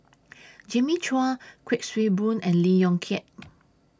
Jimmy Chua Kuik Swee Boon and Lee Yong Kiat